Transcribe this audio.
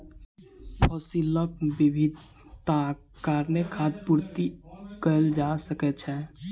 फसीलक विविधताक कारणेँ खाद्य पूर्ति कएल जा सकै छै